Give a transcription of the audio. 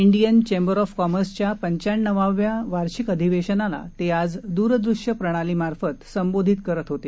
Indian chamber of कॉमर्सच्या पंच्याण्णवाव्या वार्षिक अधिवेशनाला ते आज द्रदृष्य प्रणाली मार्फत संबोधित करत होते